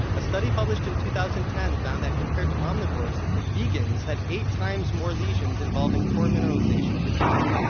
a study published in two thousand and ten found that compared to omnivores, vegans had eight times more lesions involving poor mineralization of the teeth.